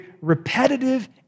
repetitive